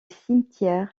cimetière